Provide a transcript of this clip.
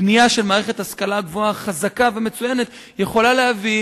בנייה של מערכת השכלה גבוהה חזקה ומצוינת יכולה להביא,